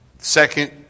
second